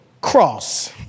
cross